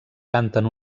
canten